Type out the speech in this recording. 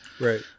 right